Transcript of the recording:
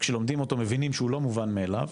שכשלומדים אותו, מבינים שהוא לא מובן מאליו